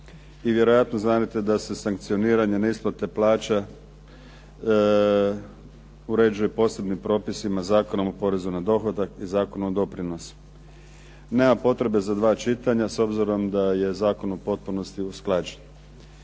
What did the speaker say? I vjerojatno znadete da se sankcioniranje neisplaćivanja plaća uređuje posebnim propisima, Zakonom o porezu na dohodak i Zakonom o doprinosima. Nema potrebe za dva čitanja s obzirom da je zakon u potpunosti usklađen